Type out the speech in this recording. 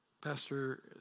Pastor